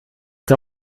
der